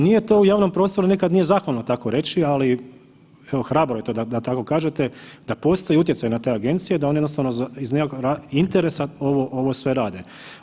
Nije to u javnom prostoru nekad nije zahvalno tako reći, ali hrabro je to da tako kažete da postoji utjecaj na te agencije da oni jednostavno iz nekakvog interesa ovo sve rade.